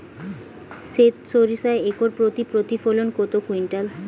সেত সরিষা একর প্রতি প্রতিফলন কত কুইন্টাল?